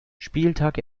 spieltag